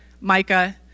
Micah